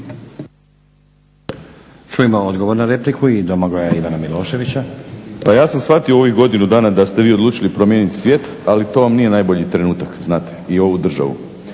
Čujmo odgovor na repliku i Domagoja Ivana Miloševića. **Milošević, Domagoj Ivan (HDZ)** Pa ja sam shvatio u ovih godinu dana da ste vi odlučili promijeniti svijet ali to vam nije najbolji trenutak, znate i ovu državu.